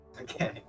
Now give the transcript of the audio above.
Okay